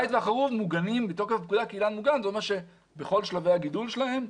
הזית והחרוב מוגנים כאילן מוגן וזה אומר שזה כך בכל שלבי הגידול שלהם,